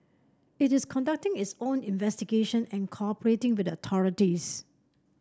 it is conducting its own investigation and cooperating with the authorities